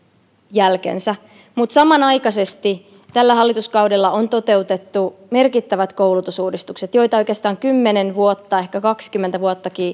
jälkensä mutta samanaikaisesti tällä hallituskaudella on toteutettu merkittävät koulutusuudistukset joita oikeastaan kymmenen vuotta ehkä kaksikymmentäkin vuotta